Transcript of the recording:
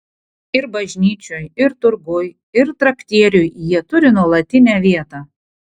ir bažnyčioj ir turguj ir traktieriuj jie turi nuolatinę vietą